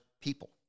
people